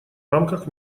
рамках